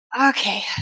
Okay